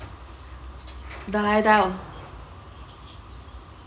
die die